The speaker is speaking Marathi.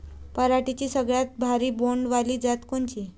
पराटीची सगळ्यात भारी बोंड वाली जात कोनची?